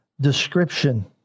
description